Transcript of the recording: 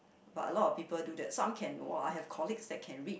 but a lot of people do that some can !wah! have colleagues that can read